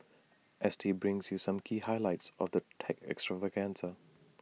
S T brings you some key highlights of the tech extravaganza